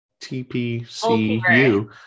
TPCU